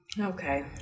Okay